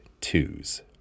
twos